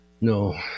No